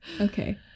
Okay